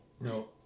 no